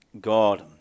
god